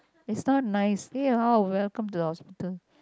is not nice eh how welcome to our hospital